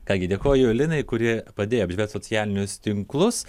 ką gi dėkoju linai kuri padėjo apžvelgt socialinius tinklus